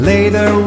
Later